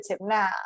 now